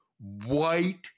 white